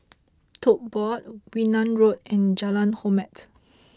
Tote Board Wee Nam Road and Jalan Hormat